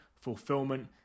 fulfillment